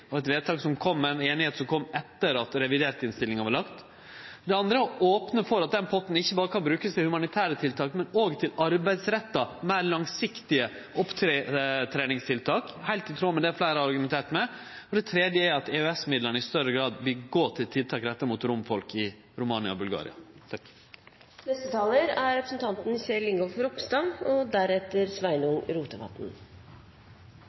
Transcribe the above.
av eit vedtak, ei einigheit, som kom etter at revidert-innstillinga var lagt fram. Det andre er å opne for at den potten ikkje berre kan brukast til humanitære tiltak, men òg til arbeidsretta, meir langsiktige opptreningstiltak – heilt i tråd med det fleire har argumentert for. Det tredje er at EØS-midlane i større grad bør gå til tiltak retta mot romfolk i Romania og Bulgaria. Jeg tok ordet fordi jeg ble utfordret på hvordan vi ville løse fattigdomsutfordringa, og